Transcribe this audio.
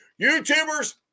YouTubers